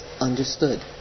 Understood